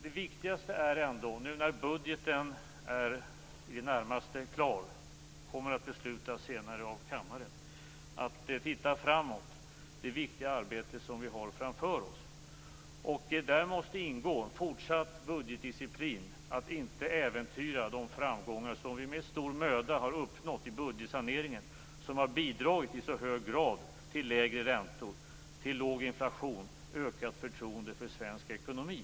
Det viktigaste är ändå, nu när budgeten i det närmaste är klar - det kommer ju att fattas beslut om den i kammaren senare - att titta framåt på det viktiga arbete som vi har framför oss. Däri måste ingå fortsatt budgetdisciplin, dvs. att inte äventyra de framgångar som vi med stor möda har uppnått i budgetsaneringen och som i så hög grad har bidragit till lägre räntor, låg inflation och ökat förtroende för svensk ekonomi.